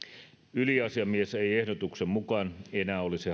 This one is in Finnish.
yliasiamies ei ehdotuksen mukaan enää olisi